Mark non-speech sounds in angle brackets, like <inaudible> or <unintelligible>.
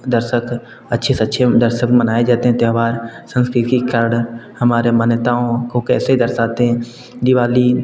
दर्शक अच्छे से अच्छे दर्शक मनाए जाते हैं त्यौहार <unintelligible> हमारे मान्यताओं को कैसे दर्शाते हैं दीवाली